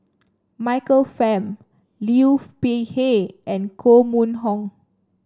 Michael Fam Peihe and Koh Mun Hong